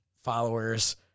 followers